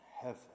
heaven